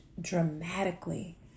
dramatically